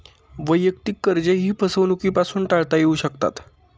वैयक्तिक कर्जेही फसवणुकीपासून टाळता येऊ शकतात